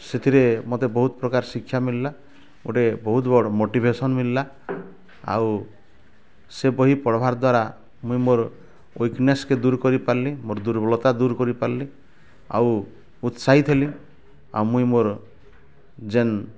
ସେଥିରେ ମୋତେ ବହୁତ ପ୍ରକାର ଶିକ୍ଷା ମିଳିଲା ଗୋଟେ ବହୁତ ବଡ଼ ମୋଟିଭେସନ୍ ମିଳିଲା ଆଉ ସେ ବହି ପଢ଼ବାର୍ ଦ୍ୱାରା ମୁଇଁ ମୋର ୱିକନେସକୁ ଦୂର୍ କରି ପାର୍ଲି ମୋର ଦୁର୍ବଳତା ଦୂର କରିପାର୍ଲି ଆଉ ଉତ୍ସାହିତ ହେଲି ଆଉ ମୁଇଁ ମୋର ଯେନ୍